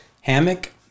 hammock